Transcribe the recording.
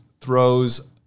throws